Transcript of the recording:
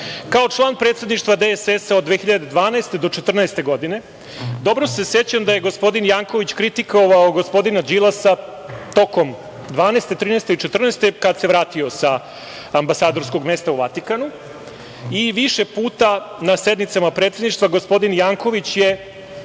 kao član predsedništva DSS od 2012. do 2014. godine, dobro se sećam da je gospodin Janković kritikovao gospodina Đilasa tokom 2012, 2013. i 2014. godine, kada se vratio sa ambasadorskog mesta u Vatikanu, i više puta na sednicama predsedništva gospodin Janković je